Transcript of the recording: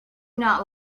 not